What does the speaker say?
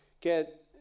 get